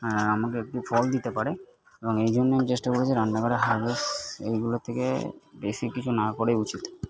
হ্যাঁ আমাকে একটু ফল দিতে পারে এবং এই জন্য আমি চেষ্টা করি যে রান্নাঘরে এইগুলো থেকে বেশি কিছু না করাই উচিত